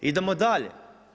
Idemo dalje.